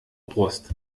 brust